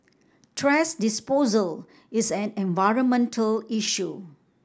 thrash disposal is an environmental issue